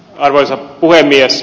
arvoisa puhemies